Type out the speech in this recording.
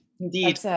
Indeed